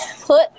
put